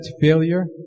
failure